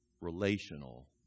relational